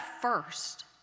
first